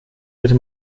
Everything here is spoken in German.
bitte